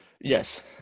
Yes